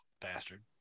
Bastard